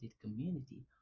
community